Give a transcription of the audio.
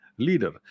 Leader